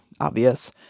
obvious